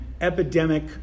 epidemic